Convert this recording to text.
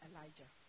Elijah